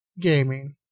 gaming